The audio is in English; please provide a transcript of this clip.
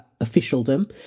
officialdom